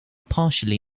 partially